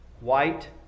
White